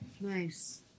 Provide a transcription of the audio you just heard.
nice